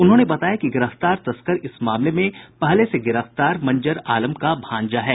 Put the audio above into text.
उन्होंने बताया कि गिरफ्तार तस्कर इस मामले में पहले से गिरफ्तार मंजर आलम का भांजा है